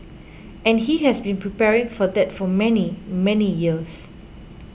and he has been preparing for that for many many years